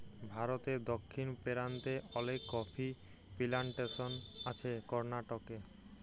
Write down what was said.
ভারতে দক্ষিণ পেরান্তে অলেক কফি পিলানটেসন আছে করনাটকে